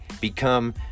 become